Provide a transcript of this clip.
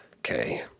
okay